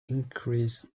increase